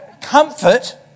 comfort